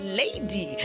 lady